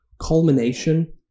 culmination